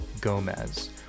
Gomez